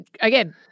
again